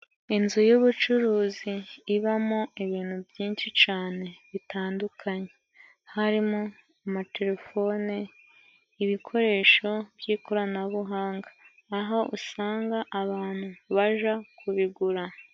Inzu y'ubucuruzi ibamo ibintu byinshi cane bitandukanye harimo amatelefone, ibikoresho by'ikoranabuhanga, aho usanga abantu baja kubigura.